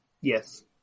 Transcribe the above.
Yes